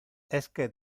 esque